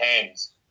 hands